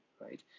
right